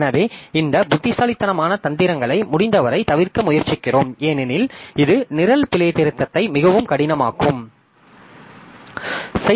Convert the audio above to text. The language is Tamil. எனவே இந்த புத்திசாலித்தனமான தந்திரங்களை முடிந்தவரை தவிர்க்க முயற்சிக்கிறோம் ஏனெனில் இது நிரல் பிழைத்திருத்தத்தை மிகவும் கடினமாக்கும்